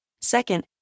Second